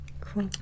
Cool